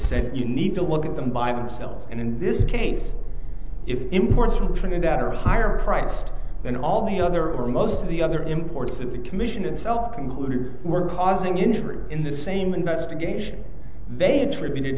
said you need to look at them by themselves and in this case if imports from trinidad are higher priced than all the other or most of the other imports that the commission itself concluded were causing injury in the same investigation they have tributed